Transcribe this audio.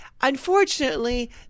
unfortunately